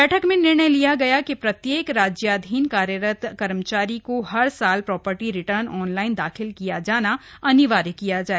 बैठक में निर्णय लिया गया कि प्रत्येक राज्याधीन कार्यरत कर्मचारियों को हर साल प्रॉपर्टी रिटर्न ऑनलाइन दाखिल किया जाना अनिवार्य किया जाय